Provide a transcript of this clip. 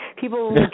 people